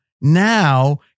now